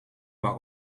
waren